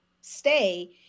stay